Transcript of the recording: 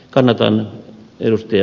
kannatan ed